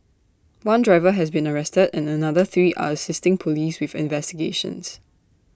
one driver has been arrested and another three are assisting Police with investigations